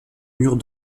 murs